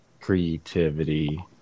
creativity